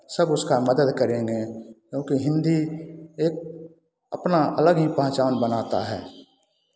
सब उसका मदद करेंगे क्योंकि हिन्दी एक अपना अलग ही पहचान बनाता है